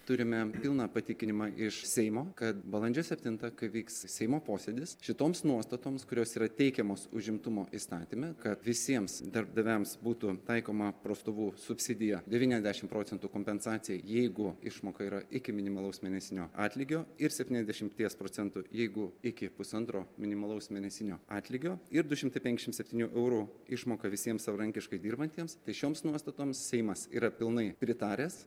turime pilną patikinimą iš seimo kad balandžio septintą kai vyks seimo posėdis šitoms nuostatoms kurios yra teikiamos užimtumo įstatyme kad visiems darbdaviams būtų taikoma prastovų subsidija devyniasdešimt procentų kompensacija jeigu išmoka yra iki minimalaus mėnesinio atlygio ir septyniasdešimties procentų jeigu iki pusantro minimalaus mėnesinio atlygio ir du šimtai penkiasdešimt septynių eurų išmoka visiems savarankiškai dirbantiems tai šioms nuostatoms seimas yra pilnai pritaręs